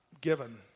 given